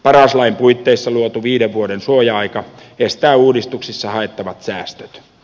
paras lain puitteissa luotu viiden vuoden suoja aika estää uudistuksissa haettavat säästöt